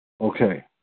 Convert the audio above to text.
Okay